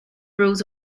rules